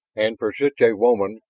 and for such a woman,